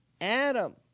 Adam